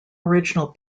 original